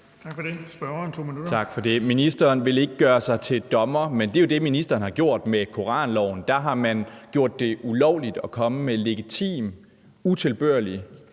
Tak for det. Ministeren vil ikke gøre sig til dommer, men det er jo det, ministeren har gjort med koranloven. Der har man gjort det ulovligt at komme med legitim utilbørlig